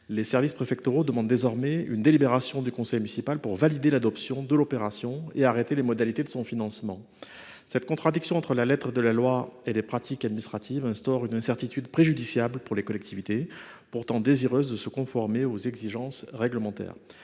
les services préfectoraux demandent désormais une délibération du conseil municipal pour valider l’adoption de l’opération et arrêter les modalités de son financement. Cette contradiction entre la lettre de la loi et les pratiques administratives instaure une incertitude préjudiciable pour les collectivités, pourtant désireuses de se conformer aux exigences réglementaires.